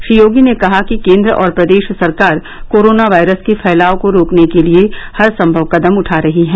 श्री योगी ने कहा कि केन्द्र और प्रदेश सरकार कोरोना वायरस के फैलाव को रोकने के लिये हर सम्भव कदम उठा रहीं हैं